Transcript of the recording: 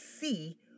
see